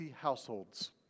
households